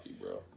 bro